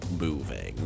moving